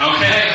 Okay